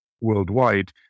worldwide